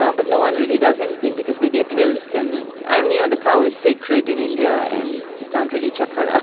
um but no-one really does anything, because they get milk and and you know, the cow is sacred in india, and you can't really chuck